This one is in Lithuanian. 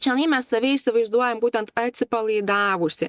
čionai mes save įsivaizduojam būtent atsipalaidavusį